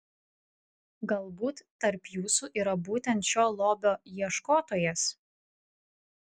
galbūt tarp jūsų yra būtent šio lobio ieškotojas